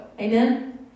Amen